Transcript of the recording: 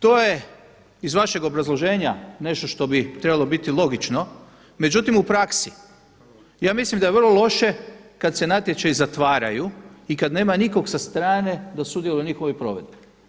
To je iz vašeg obrazloženja nešto što bi trebalo biti logično, međutim u praksi ja mislim da je vrlo loše kada se natječaji zatvaraju i kada nema nikog sa strane da sudjeluje u njihovoj provedbi.